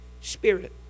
Spirit